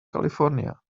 california